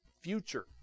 future